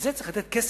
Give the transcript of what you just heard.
ולזה צריך לתת כסף.